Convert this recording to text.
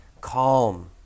calm